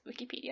Wikipedia